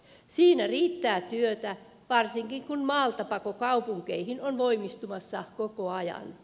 siinä riittää työtä varsinkin kun maaltapako kaupunkeihin on voimistumassa koko ajan